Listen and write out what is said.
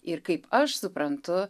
ir kaip aš suprantu